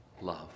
love